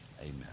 Amen